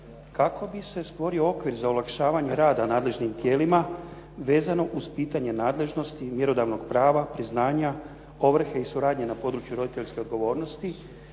kako bi se stvorio okvir za olakšavanje rada nadležnim tijelima vezano uz pitanje nadležnosti i mjerodavnog prava, priznanja, ovrhe i suradnje na području roditeljske odgovornosti